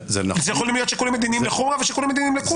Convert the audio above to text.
אז יכולים להיות שיקולים מדיניים לחומרא ושיקולים מדיניים לקולא.